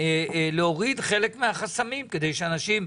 להוריד חלק מהחסמים כדי שאנשים,